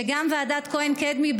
גם ועדת כהן-קדמי,